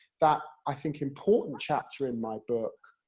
that, i think important chapter in my book,